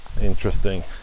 interesting